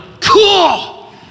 cool